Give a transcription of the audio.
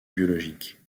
biologique